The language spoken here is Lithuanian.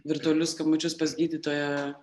virtualius skambučius pas gydytoją